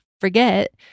forget